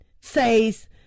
says